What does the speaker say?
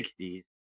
60s